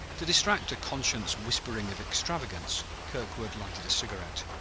to distract a conscience whispering of extravagance, kirkwood lighted a cigarette.